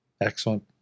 Excellent